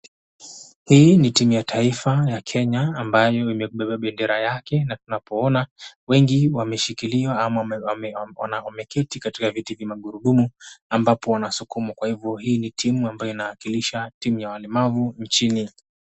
Hii ni timu ya taifa ya Kenya ambayo imebeba bendera yake na tunapoona wengi wameshikiliwa ama wamekaa katika viti vya magurudumu ambapo wanasukumwa. Kwa hivyo hii ni timu ambayo inawakilisha timu ya walemavu nchini.